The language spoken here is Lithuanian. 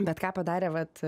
bet ką padarė vat